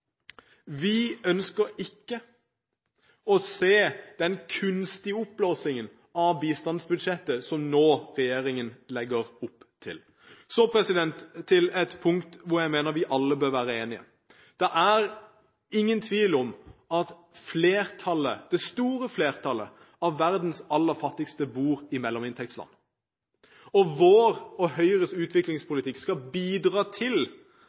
Vi ønsker ikke å se den kunstige oppblåsingen av bistandsbudsjettet som regjeringen nå legger opp til. Så til et punkt hvor jeg mener vi alle bør være enig. Det er ingen tvil om at det store flertallet av verdens aller fattigste bor i mellominntektsland. Vår – Høyres – utviklingspolitikk skal bidra til